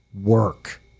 work